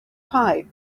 pipe